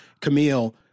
Camille